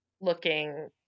looking